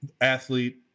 athlete-